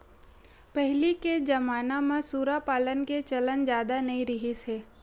पहिली के जमाना म सूरा पालन के चलन जादा नइ रिहिस हे